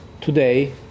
today